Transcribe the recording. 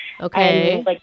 Okay